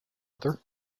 other